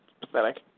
Pathetic